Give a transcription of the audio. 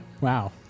Wow